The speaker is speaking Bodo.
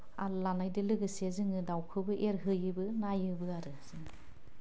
आल लानायदो लोगोसे जोङो दाउखौबो एरहोयोबो नायोबो आरो